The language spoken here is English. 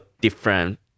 different